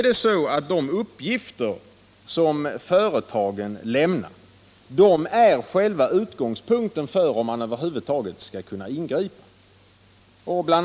De uppgifter som företagen lämnar är själva utgångspunkten för om man över huvud taget skall kunna ingripa. Bl.